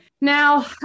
Now